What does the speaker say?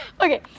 Okay